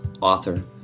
author